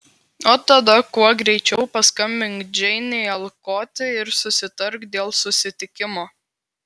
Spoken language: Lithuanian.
o tada kuo greičiau paskambink džeinei alkote ir susitark dėl susitikimo